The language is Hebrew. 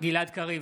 גלעד קריב,